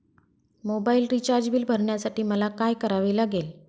Mobile recharge bill भरण्यासाठी मला काय करावे लागेल?